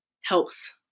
helps